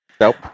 Nope